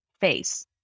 face